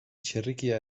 txerrikia